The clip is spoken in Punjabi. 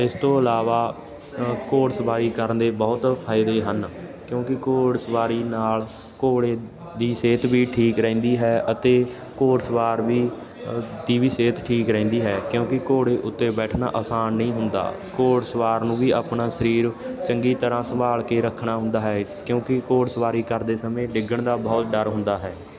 ਇਸ ਤੋਂ ਇਲਾਵਾ ਘੋੜ ਸਬਾਈ ਕਰਨ ਦੇ ਬਹੁਤ ਫਾਇਦੇ ਹਨ ਕਿਉਂਕਿ ਘੋੜ ਸਵਾਰੀ ਨਾਲ ਘੋੜੇ ਦੀ ਸਿਹਤ ਵੀ ਠੀਕ ਰਹਿੰਦੀ ਹੈ ਅਤੇ ਘੋੜ ਸਵਾਰ ਵੀ ਦੀ ਵੀ ਸਿਹਤ ਠੀਕ ਰਹਿੰਦੀ ਹੈ ਕਿਉਂਕਿ ਘੋੜੇ ਉੱਤੇ ਬੈਠਣਾ ਆਸਾਨ ਨਹੀਂ ਹੁੰਦਾ ਘੋੜ ਸਵਾਰ ਨੂੰ ਵੀ ਆਪਣਾ ਸਰੀਰ ਚੰਗੀ ਤਰ੍ਹਾਂ ਸੰਭਾਲ ਕੇ ਰੱਖਣਾ ਹੁੰਦਾ ਹੈ ਕਿਉਂਕਿ ਘੋੜ ਸਵਾਰੀ ਕਰਦੇ ਸਮੇਂ ਡਿੱਗਣ ਦਾ ਬਹੁਤ ਡਰ ਹੁੰਦਾ ਹੈ